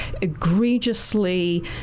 egregiously